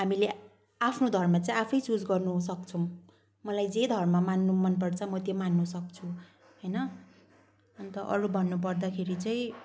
हामीले आफ्नो धर्म चाहिँ आफै चुज गर्नु सक्छौँ मलाई जे धर्म मान्नु मन पर्छ त्यो मान्नु सक्छु होइन अन्त अरू भन्नु पर्दाखेरि चाहिँ